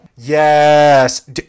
yes